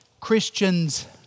Christians